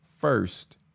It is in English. first